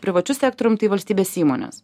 privačiu sektorium tai valstybės įmones